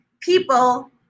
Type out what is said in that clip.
people